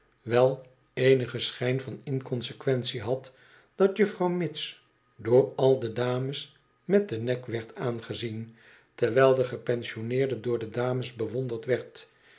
wel eenigen schijn van inconsequentie had dat juffrouw mitts door al de dames met den nek werd aangezien terwijl de gepensioneerde door de dames bewonderd werd